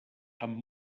amb